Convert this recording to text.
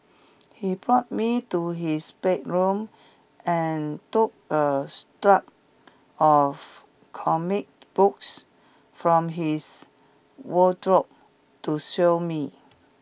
he brought me to his bedroom and took a stack of comic books from his wardrobe to show me